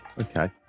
okay